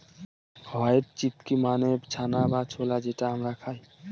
white chickpea মানে চানা বা ছোলা যেটা আমরা খায়